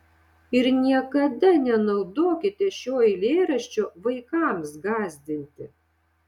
ir niekada nenaudokite šio eilėraščio vaikams gąsdinti